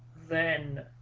then